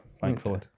thankfully